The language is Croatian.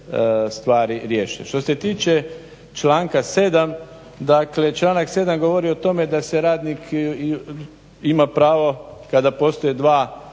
stvari riješe. Što se tiče članka 7., dakle članak 7. govori o tome da radnik ima pravo kada postoje dva pravila